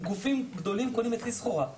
גופים גדולים קונים אצלי סחורה.